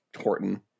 horton